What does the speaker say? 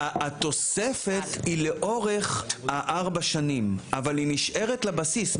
התוספת היא לאורך ארבע השנים אבל היא נשארת לבסיס,